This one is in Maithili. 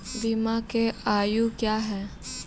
बीमा के आयु क्या हैं?